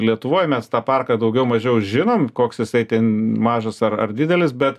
lietuvoj mes tą parką daugiau mažiau žinom koks jisai ten mažas ar ar didelis bet